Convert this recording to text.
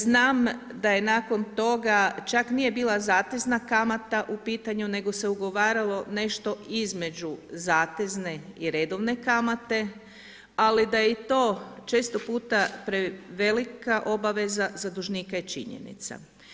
Znam da je nakon toga čak nije bila zatezna kamata u pitanju, nego se ugovaralo nešto između zatezne i redovne kamate, ali da i to često puta prevelika obaveza za dužnika je činjenica.